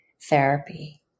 therapy